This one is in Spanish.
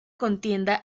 contienda